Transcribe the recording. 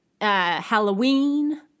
Halloween